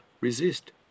resist